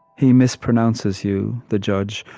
he mispronounces you the judge,